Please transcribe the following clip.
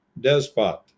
Despot